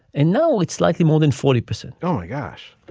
and though it's likely more than forty percent. oh, my gosh,